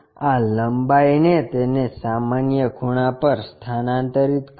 આ લંબાઈને તેને સામાન્ય ખૂણા પર સ્થાનાંતરિત કરો